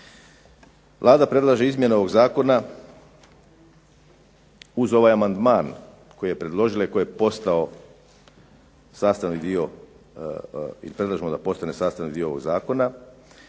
Vlada predlaže izmjene ovog Zakona uz ovaj amandman koji je predložila i koji je postao sastavni, i predlažemo da postane sastavni dio ovog Zakona